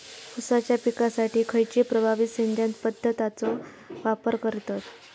ऊसाच्या पिकासाठी खैयची प्रभावी सिंचन पद्धताचो वापर करतत?